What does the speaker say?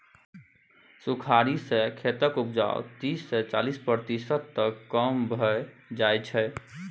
सुखाड़ि सँ खेतक उपजा तीस सँ चालीस प्रतिशत तक कम भए जाइ छै